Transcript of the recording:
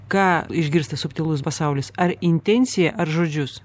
ką išgirsta subtilus pasaulis ar intenciją ar žodžius